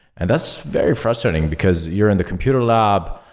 and that's very frustrating, because you're in the computer lab.